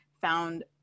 found